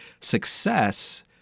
success